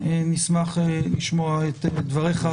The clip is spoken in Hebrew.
נשמח לשמוע את דבריך,